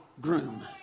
groom